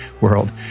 world